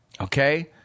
Okay